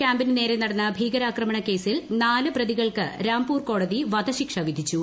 ക്യാമ്പിന് നേരെ നടന്ന ഭീകരാക്രമണ കേസിൽ നാല് പ്രതികൾക്ക് രാംപൂർ കോടതി വധശിക്ഷ വിധിച്ചു